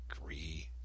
agree